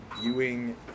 viewing